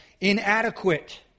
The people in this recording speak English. inadequate